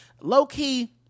low-key